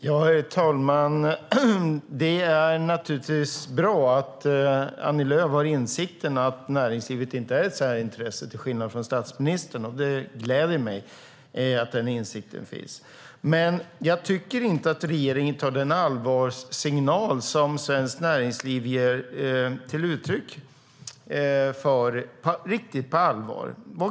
Herr talman! Det är naturligtvis bra att Annie Lööf till skillnad från statsministern har den insikten att näringslivet inte är ett särintresse. Det gläder mig. Men jag tycker inte att regeringen tar den varningssignal som Svenskt Näringsliv ger uttryck för riktigt på allvar.